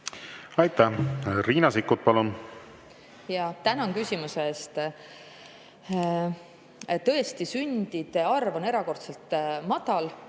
Aitäh! Riina Sikkut, palun! Tänan küsimuse eest. Tõesti, sündide arv on erakordselt madal,